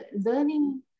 learning